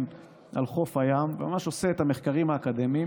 על חוף הים וממש עושה את המחקרים האקדמיים